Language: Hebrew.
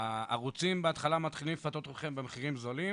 הערוצים בהתחלה מתחילים לפתות אתכם במחירים זולים